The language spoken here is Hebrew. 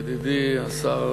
ידידי השר